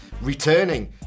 returning